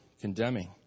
condemning